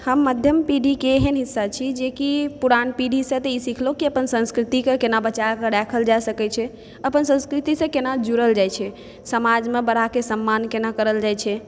हम मध्यम पीढ़ीके एहन हिस्सा छी जेकि पुरान पीढ़ीसँ तऽ ई सिखलहुँ कि अपन संस्कृतिके कोना बचाकऽ राखल जा सकै छै अपन संस्कृतिसँ कोना जुड़ल जाइ छै समाजमे बड़ाकेँ सम्मान कोना करल जाइ छै